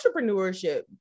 entrepreneurship